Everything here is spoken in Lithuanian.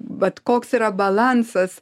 vat koks yra balansas